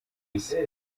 isi